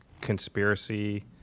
conspiracy